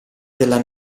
della